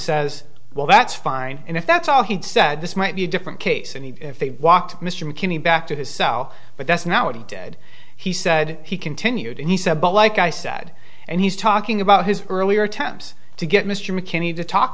says well that's fine and if that's all he said this might be a different case and he walked mr mckinney back to his cell but that's now a dead he said he continued and he said but like i said and he's talking about his earlier attempts to get mr mckinney to talk